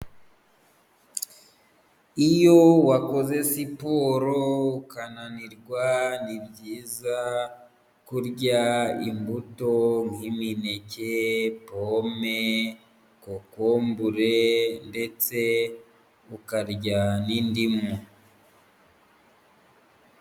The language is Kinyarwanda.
Iyo wakoze siporo ukananirwa ni byiza kurya imbuto nk'imineke pome, kokombure, ndetse ukarya n'indimu.